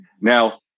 Now